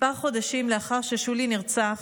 כמה חודשים לאחר ששולי נרצח,